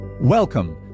Welcome